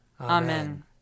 Amen